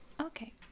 Okay